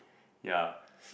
yeah